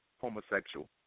homosexual